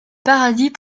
paradis